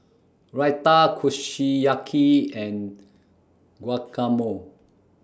Raita Kushiyaki and Guacamole